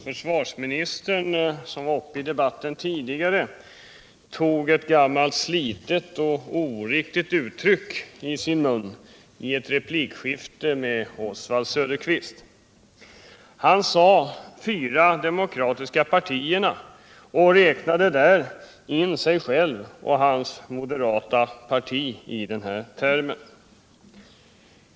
Herr talman! Försvarsministern tog ett gammall slitet och oriktigt uttryck i sin mun i ett replikskifte med Oswald Söderqvist. Han talade om de fyra demokratiska partierna och räknade där in sitt eget moderata parti.